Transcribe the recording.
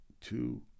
Two